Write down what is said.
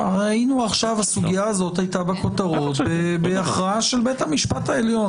ראינו עכשיו שהסוגיה הזאת הייתה בכותרות בהכרעה של בית המשפט העליון.